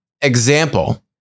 example